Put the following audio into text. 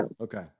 Okay